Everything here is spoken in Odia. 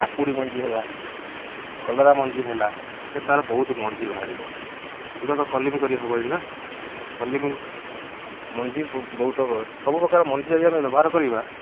କାକୁଡ଼ି ମଞ୍ଜି ହେଲା କଲରା ମଞ୍ଜି ହେଲା ଏତେ ତା'ର ବହୁତ ମଞ୍ଜି ବାହାରିବ ଏଗୁଡ଼ା ତ କଲିମି କରି ହେବନି ନା କଲିମି ମଞ୍ଜି ବହୁତ ସବୁ ପ୍ରକାର ମଞ୍ଜି ଯଦି ଆମେ ବ୍ୟବହାର କରିବା